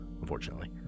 unfortunately